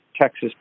Texas